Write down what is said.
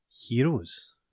Heroes